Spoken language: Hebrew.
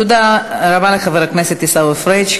תודה רבה לחבר הכנסת עיסאווי פריג'.